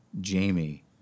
Jamie